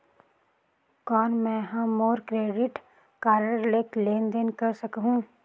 कौन मैं ह मोर क्रेडिट कारड ले लेनदेन कर सकहुं?